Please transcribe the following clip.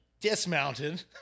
dismounted